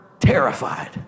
terrified